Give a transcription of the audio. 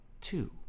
two